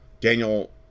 Daniel